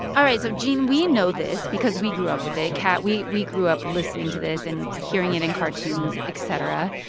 all right. so, gene, we know this because we grew up with it. kat, we we grew up listening to this and hearing it in cartoons, et cetera.